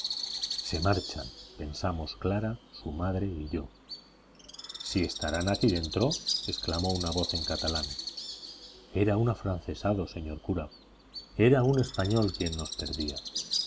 se marchan pensamos clara su madre y yo si estarán aquí dentro exclamó una voz en catalán era un afrancesado señor cura era un español quien nos perdía